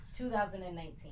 2019